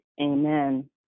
amen